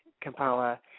Kampala